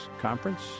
conference